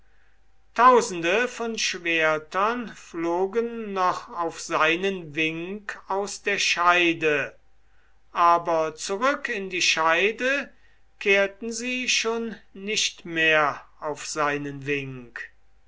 tausende von schwertern flogen noch auf seinen wink aus der scheide aber zurück in die scheide kehrten sie schon nicht mehr auf seinen wink